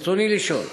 ברצוני לשאול: